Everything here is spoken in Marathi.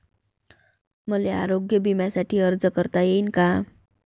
मले आरोग्य बिम्यासाठी अर्ज करता येईन का?